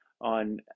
on